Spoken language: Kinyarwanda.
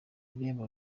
irembo